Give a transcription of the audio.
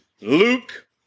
Luke